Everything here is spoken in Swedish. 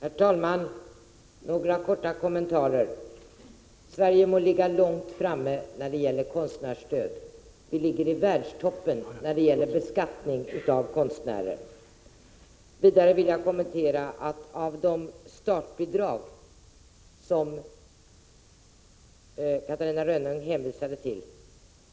Herr talman! Jag vill göra några korta kommentarer. Sverige må ligga långt framme när det gäller konstnärsstöd — vi ligger i världstoppen när det gäller beskattning av konstnärer. Vidare vill jag påpeka att när det gäller de startbidrag som Catarina Rönnung hänvisade till